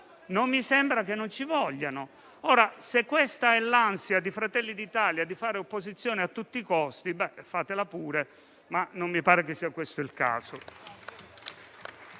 non mi sembra che non ci vogliano. Se l'ansia di Fratelli d'Italia è di fare opposizione a tutti i costi, la facciano pure, ma non mi pare che sia questo il caso.